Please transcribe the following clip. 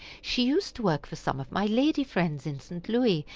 she used to work for some of my lady friends in st. louis,